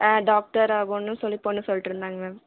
doctor ஆகனும்ன்னு சொல்லி பொண்ணு சொல்லிட்ருந்தாங்க மேம்